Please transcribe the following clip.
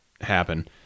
happen